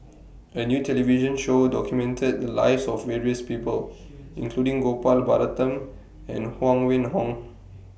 A New television Show documented The Lives of various People including Gopal Baratham and Huang Wenhong